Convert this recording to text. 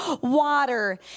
water